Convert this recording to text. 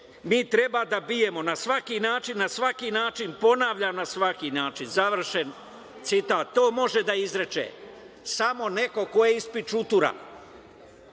Mi treba da bijemo na svaki način, na svaki način", ponavlja "na svaki način", završen citat. To može da izrekne samo neko ko je ispičutura,